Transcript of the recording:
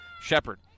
Shepard